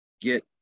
get